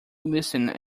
listened